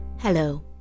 Hello